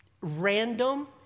random